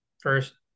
First